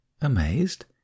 amazed